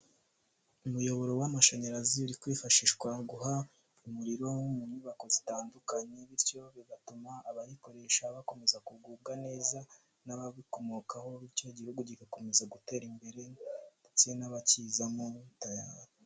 Umuyoboro w'amashanyarazi uri kwifashishwa guha umuriro mu nyubako zitandukanye, bityo bigatuma abayikoresha bakomeza kugubwa neza n'ababikomokaho, bityo igihugu kigakomeza gutera imbere ndetse n'abakizamo tayari.